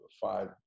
five